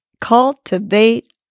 Cultivate